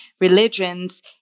religions